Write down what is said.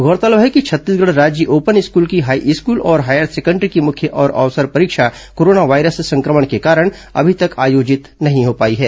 गौरतलब है कि छत्तीसगढ़ राज्य ओपन स्कूल की हाईस्कूल और हायर सेकेंडरी की मुख्य और अवसर परीक्षा कोरोना वायरस संक्रमण के कारण अभी तक आयोजित नहीं हो पाई है